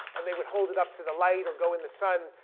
and they would hold it up to the light or go in the sun,